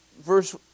verse